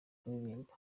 kuririmba